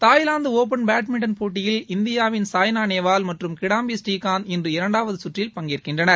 Thailand open badminton போட்டியில் இந்தியாவின் சாய்னா நேவால் மற்றும் கிடாம்பி ஸ்ரீகாந்த் இன்று இரண்டாவது சுற்றில் பங்கேற்கின்றனர்